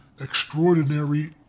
extraordinary